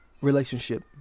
relationship